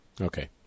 Okay